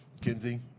Kinsey